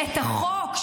החוק,